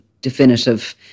definitive